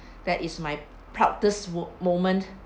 that is my proudest moment